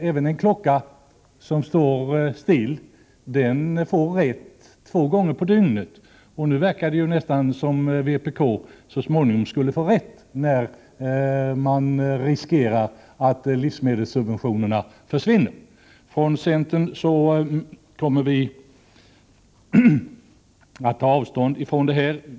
Även en klocka som står stilla får rätt två gånger på dygnet, och nu verkar det nästan som om vpk skulle få rätt, när det finns risk att livsmedelssubventionerna försvinner. Från centern kommer vi att ta avstånd från detta.